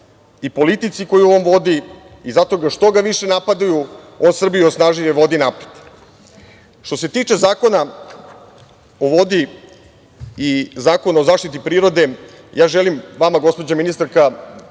i politici koju on vodi i zato ga, što ga više napadaju, on Srbiju snažnije vodi napred. Što se tiče Zakona o vodi i Zakona o zaštiti prirode, ja želim vama, gospođo ministarka,